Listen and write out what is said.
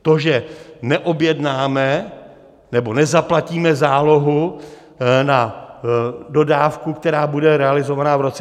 To, že neobjednáme nebo nezaplatíme zálohu na dodávku, která bude realizována v roce 2024?